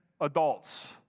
adults